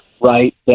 right